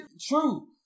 True